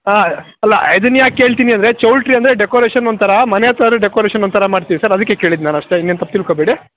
ಹಾಂ ಅಲ್ಲ ಇದನ್ಯಾಕೆ ಕೇಳ್ತೀನಿ ಅಂದರೆ ಚೌಲ್ಟ್ರಿ ಅಂದರೆ ಡೆಕೊರೇಷನ್ ಒಂಥರ ಮನೆ ಅಂತಾದರೆ ಡೆಕೊರೇಷನ್ ಒಂಥರ ಮಾಡ್ತೀವಿ ಅದಕ್ಕೆ ಸರ್ ಕೇಳಿದ್ದು ನಾನು ಅಷ್ಟೆ ಇನ್ನೇನು ತಪ್ಪು ತಿಳ್ಕೊಬೇಡಿ